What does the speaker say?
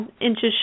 inches